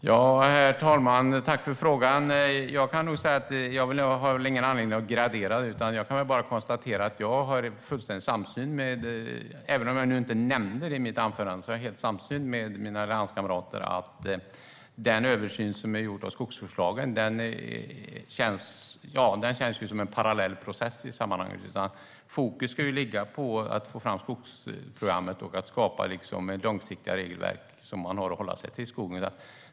Herr talman! Jag tackar Stina Bergström för frågan och svarar att jag inte har någon anledning att gradera dem. Även om jag inte nämnde det i mitt anförande har jag fullständig samsyn med mina allianskamrater om att den översyn som görs av skogsvårdslagen känns som en parallell process i sammanhanget. Fokus ska ligga på att få fram skogsprogrammet och att skapa långsiktiga regelverk som man har att hålla sig till i skogen.